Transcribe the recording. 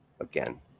again